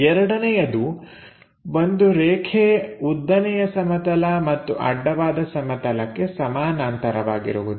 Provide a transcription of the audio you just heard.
ಎರಡನೆಯದು ಒಂದು ರೇಖೆ ಉದ್ದನೆಯ ಸಮತಲ ಮತ್ತು ಅಡ್ಡವಾದ ಸಮತಲಕ್ಕೆ ಸಮಾನಾಂತರವಾಗಿರುವುದು